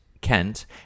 Kent